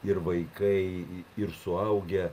ir vaikai ir suaugę